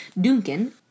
duncan